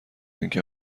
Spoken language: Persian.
اینکه